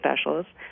specialists